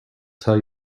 tell